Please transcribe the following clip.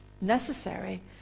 necessary